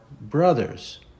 brothers